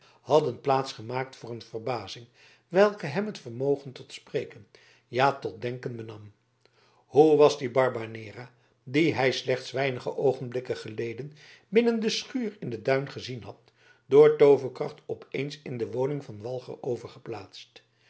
hadden plaats gemaakt voor een verbazing welke hem het vermogen tot spreken ja tot denken benam hoe was die barbanera dien hij slechts weinige oogenblikken geleden binnen de schuur in t duin gezien had door tooverkracht op eens in de woning van